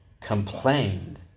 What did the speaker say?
Complained